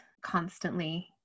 constantly